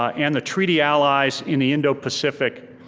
ah and the treaty allies in the indo-pacific,